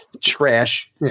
trash